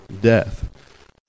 death